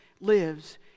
lives